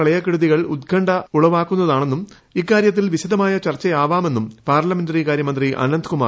പ്രളയക്കെടുതികൾ ഉത്കണ്ഠ ഉളവാക്കുന്നത്താണെന്നും ഇക്കാര്യത്തിൽ വിശദമായ ചർച്ചയാവാമെന്നും പാർല്മെന്റ്റി കാര്യമന്ത്രി അനന്ത്കുമാർ വൃക്തമാക്കി